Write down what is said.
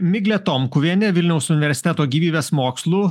miglė tomkuvienė vilniaus universiteto gyvybės mokslų